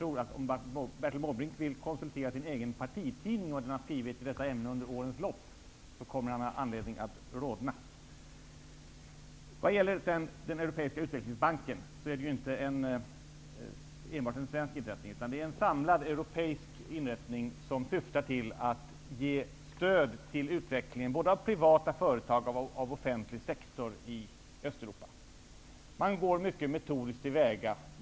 Om Bertil Måbrink läser vad hans egen partitidning har skrivit i detta ämne under årens lopp, kommer han att få anledning att rodna. Europeiska utvecklingsbanken är inte enbart en svensk inrättning utan ett samfällt europeiskt organ, som syftar till att ge stöd till utvecklingen både av privata företag och av offentlig sektor i Östeuropa. Man går mycket metodiskt till väga.